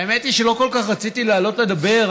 האמת היא שלא כל כך רציתי לעלות לדבר,